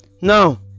now